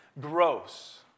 Gross